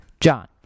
John